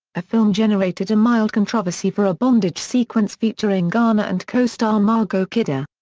ah film generated a mild controversy for a bondage sequence featuring garner and co-star margot kidder.